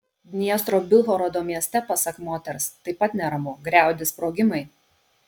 dniestro bilhorodo mieste pasak moters taip pat neramu griaudi sprogimai